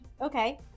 Okay